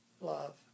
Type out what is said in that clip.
love